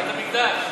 בבית-המקדש.